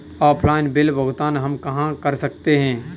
Offline bill भुगतान हम कहां कर सकते हैं?